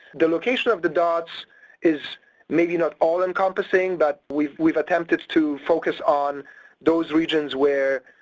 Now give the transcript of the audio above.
the location of the dots is maybe not all encompassing, but we've we've attempted to focus on those regions where,